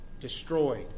destroyed